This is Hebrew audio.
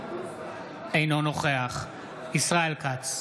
אינו נוכח ישראל כץ,